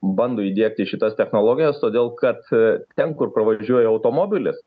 bando įdiegti šitas technologijas todėl kad ten kur pravažiuoja automobilis